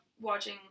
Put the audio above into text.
watching